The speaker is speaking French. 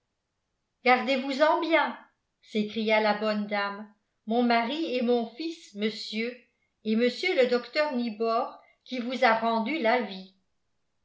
gardez-vous en bien s'écria la bonne dame mon mari et mon fils monsieur et mr le docteur nibor qui vous a rendu la vie